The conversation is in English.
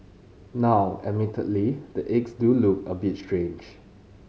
now admittedly the eggs do look a bit strange